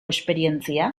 esperientzia